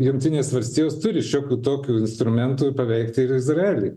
jungtinės valstijos turi šiokių tokių instrumentų paveikt ir izraelį